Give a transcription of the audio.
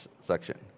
section